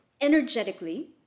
energetically